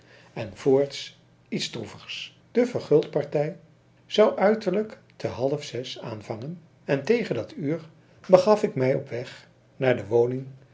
en voorts iets droevigs de verguldpartij zou uiterlijk te half zes aanvangen en tegen dat uur begaf ik mij op weg naar de woning